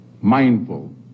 mindful